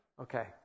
okay